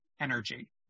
energy